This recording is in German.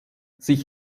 sich